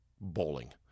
bowling